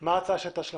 מה הייתה ההצעה שלכם?